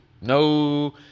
No